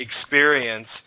experience